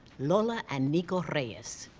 lola and nico reyes,